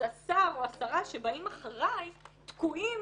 אתה או השרה שבאים אחרי תקועים